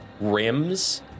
rims